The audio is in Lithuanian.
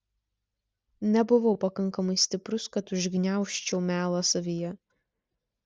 nebuvau pakankamai stiprus kad užgniaužčiau melą savyje